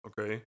okay